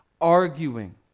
arguing